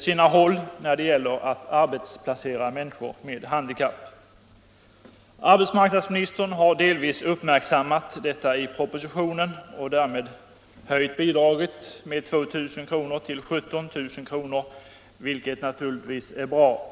sina håll när det gäller att arbetsplacera människor med handikapp. Arbetsmarknadsministern har delvis uppmärksammat detta i propositionen och höjt bidraget med 2 000 till 17 000 kr., vilket naturligtvis är bra.